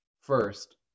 first